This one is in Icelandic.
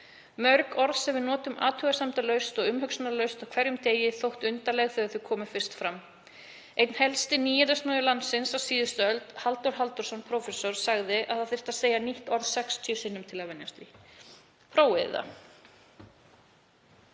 Mörg orð sem við notum athugasemdalaust og umhugsunarlaust á hverjum degi þóttu undarleg þegar þau komu fyrst fram. Einn helsti nýyrðasmiður landsins á síðustu öld, Halldór Halldórsson prófessor, sagði að það þyrfti að segja nýtt orð 60 sinnum til að venjast því. Prófið það!“